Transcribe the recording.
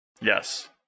Yes